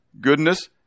goodness